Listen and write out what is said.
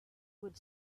would